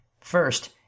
First